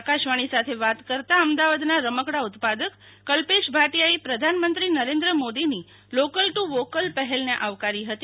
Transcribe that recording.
આકાશવાણી સાથે વાત કરતાં અમદાવાદનાં રમકડાં ઉત્પાદક કલ્પેશ ભાટિયાએ પ્રધાનમંત્રીએ નરેંદ્ર મોદી જીની લોકલ ટુવોકલ પહેલને આવકારી હતી